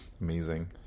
Amazing